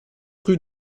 rue